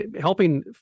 helping